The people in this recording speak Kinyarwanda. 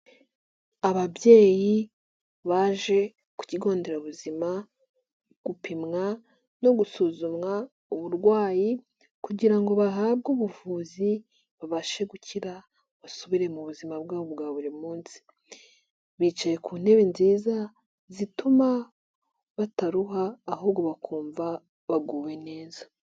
Ababyeyi baje ku kigonderabuzima gupimwa no gusuzumwa uburwayi, kugira ngo bahabwe ubuvuzi bityo babashe gukira, ngo basubire mu buzima bwabo bwa buri munsi. Bicaye ku ntebe nziza zituma bataruha ahubwo bakumva baguwe neza.